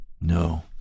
no